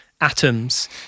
atoms